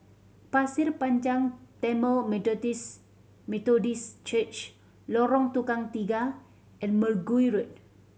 Pasir Panjang Tamil Methodist Church Lorong Tukang Tiga and Mergui Road